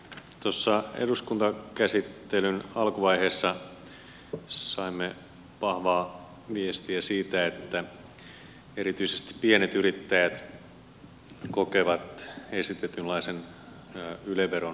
tuossa eduskuntakäsittelyn alkuvaiheessa saimme vahvaa viestiä siitä että erityisesti pienyrittäjät kokevat esitetynlaisen yle veron ongelmalliseksi